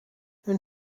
een